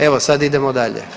Evo, sad idemo dalje.